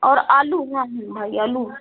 और आलू हाँ भाई आलू